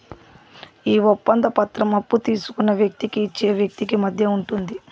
ఈ ఒప్పంద పత్రం అప్పు తీసుకున్న వ్యక్తికి ఇచ్చే వ్యక్తికి మధ్య ఉంటుంది